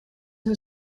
een